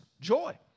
joy